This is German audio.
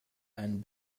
ein